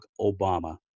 Obama